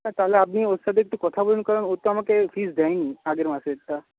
না তাহলে আপনি ওর সাথে একটু কথা বলুন কারণ ও তো আমাকে ফিজ দেয়নি আগের মাসেরটা